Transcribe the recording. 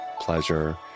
pleasure